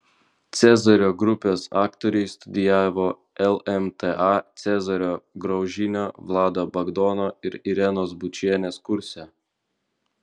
cezario grupės aktoriai studijavo lmta cezario graužinio vlado bagdono ir irenos bučienės kurse